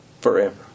forever